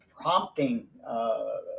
prompting